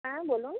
হ্যাঁ বলুন